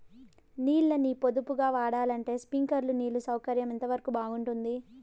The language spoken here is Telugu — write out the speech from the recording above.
నీళ్ళ ని పొదుపుగా వాడాలంటే స్ప్రింక్లర్లు నీళ్లు సౌకర్యం ఎంతవరకు బాగుంటుంది?